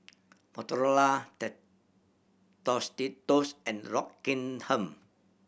Motorola Tostitos and Rockingham